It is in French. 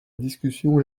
discussion